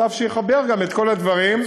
מחלף שיחבר את כל הדברים.